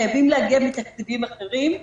חייב להגיע מתקציבים אחרים.